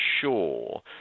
sure